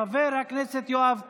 חבר הכנסת יואב קיש,